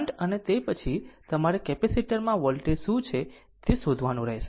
current અને તે પછી તમારે કેપેસિટર માં વોલ્ટેજ શું છે તે શોધવાનું રહેશે